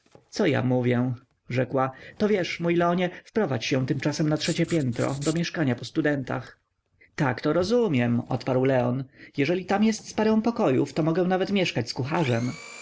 co ja mówię rzekła to wiesz mój leonie wprowadź się tymczasem na trzecie piętro do mieszkania po studentach tak to rozumiem odparł leon jeżeli tam jest z parę pokoików to mogę nawet mieszkać z kucharzem